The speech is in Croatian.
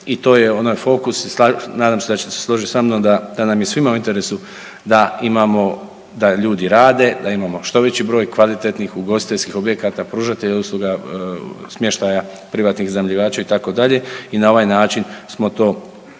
I to je onaj fokus, nadam se da ćete se složiti sa mnom da nam je svima u interesu da imamo, da ljudi rade, da imamo što veći broj kvalitetnih ugostiteljskih objekata, pružatelja usluga smještaja privatnih iznajmljivača itd. i na ovaj način smo to